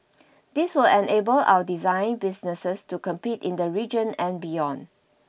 this will enable our design businesses to compete in the region and beyond